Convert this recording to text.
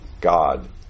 God